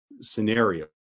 scenario